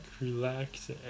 relax